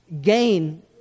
gain